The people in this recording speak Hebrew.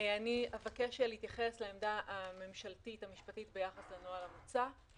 אבקש להתייחס לעמדה הממשלתית המשפטית ביחס לנוהל המוצע,